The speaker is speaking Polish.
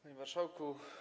Panie Marszałku!